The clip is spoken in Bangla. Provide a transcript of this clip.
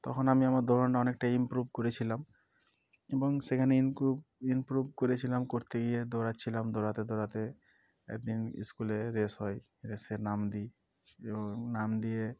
তখন আমি আমার দৌড়ানো অনেকটাই ইম্প্রুভ করেছিলাম এবং সেখানে ইনক্রুব ইনপ্রুব করেছিলাম করতে গিয়ে দৌড়াচ্ছিলাম দৌড়াতে দৌড়াতে একদিন স্কুলে রেস হয় রেসে নাম দিই এবং নাম দিয়ে